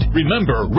Remember